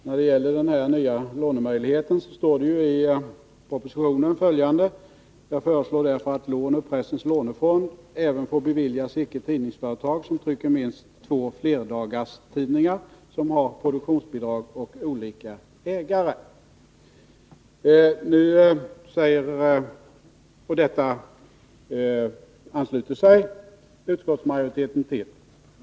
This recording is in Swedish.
När det gäller den nya lånemöjligheten står det i propositionen: ”Jag föreslår därför att lån ur pressens lånefond även får beviljas icketidningsföretag som trycker minst två flerdagarstidningar som har produktionsbidrag och olika ägare.” Detta ansluter sig utskottet till.